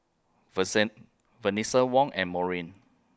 Venessa Wong and Maurine